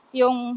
yung